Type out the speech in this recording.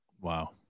Wow